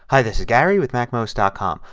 hi, this is gary with macmost ah com.